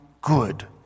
good